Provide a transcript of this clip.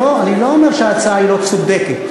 אני לא אומר שההצעה לא צודקת.